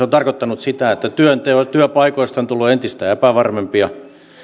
on tarkoittanut sitä että työpaikoista on tullut entistä epävarmempia